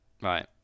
Right